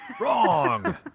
Wrong